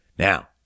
Now